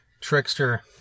Trickster